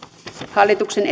hallituksen